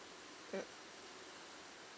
mm